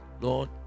Lord